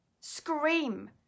scream